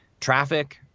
traffic